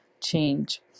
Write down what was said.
change